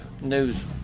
news